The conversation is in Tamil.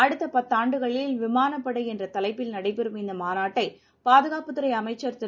அடுத்த பத்தாண்டுகளில் விமானப்படை என்ற தலைப்பில் நடைபெறும் இந்த மாநாட்டை பாதுகாப்புத் துறை அமைச்சர் திரு